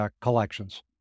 collections